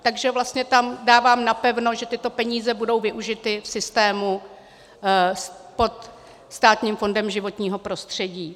Takže tam vlastně dávám napevno, že tyto peníze budou využity v systému pod Státním fondem životního prostředí.